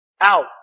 out